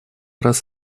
раз